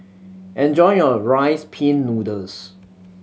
enjoy your Rice Pin Noodles